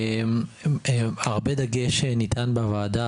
הרבה דגש ניתן בוועדה,